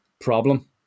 problem